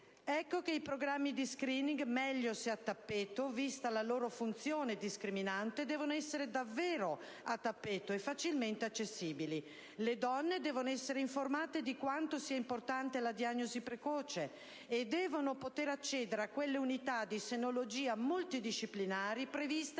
Ecco che i programmi di *screening*, meglio se a tappeto, vista la loro funzione discriminante, devono essere davvero a tappeto e facilmente accessibili. Le donne devono essere informate di quanto sia importante la diagnosi precoce, e devono poter accedere a quelle unità di senologia multidisciplinari previste